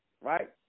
right